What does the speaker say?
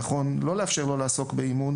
שנכון לא לאפשר לו לעסוק באימון